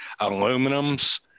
aluminums